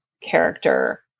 character